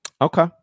Okay